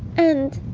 and.